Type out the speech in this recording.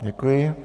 Děkuji.